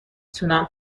تونم